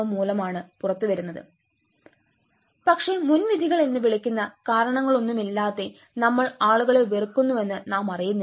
മൂലമാണ് പുറത്തുവരുന്നത് പക്ഷേ മുൻവിധികൾ എന്ന് വിളിക്കുന്ന കാരണങ്ങളൊന്നുമില്ലാതെ നമ്മൾ ആളുകളെ വെറുക്കുന്നുവെന്ന് നാമറിയുന്നില്ല